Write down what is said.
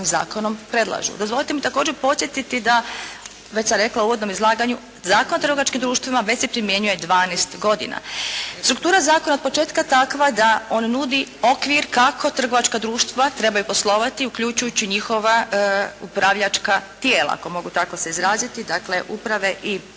zakonom predlažu. Dozvolite mi također podsjetiti da već sam rekla u uvodnom izlaganju Zakon o trgovačkim društvima već se primjenjuje 12 godina. Struktura zakona od početka je takva da on nudi okvir kako trgovačka društva trebaju poslovati uključujući njihova upravljačka tijela ako mogu tako se izraziti. Dakle uprave i